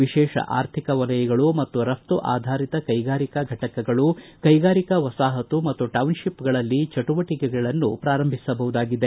ವಿಶೇಷ ಆರ್ಥಿಕ ವಲಯಗಳು ಮತು ರಫ್ತು ಆಧಾರಿತ ಕೈಗಾರಿಕೆ ಫಟಕಗಳು ಕೈಗಾರಿಕಾ ವಸಾಪತು ಮತ್ತು ಟೌನ್ಶಿಪ್ಗಳಲ್ಲಿ ಚಟುವಟಿಕೆಗಳನ್ನು ಪ್ರಾರಂಭಿಸಬಹುದಾಗಿದೆ